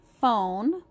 phone